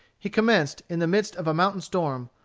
he commenced, in the midst of a mountain storm,